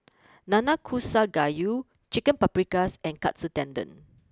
Nanakusa Gayu Chicken Paprikas and Katsu Tendon